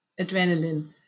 adrenaline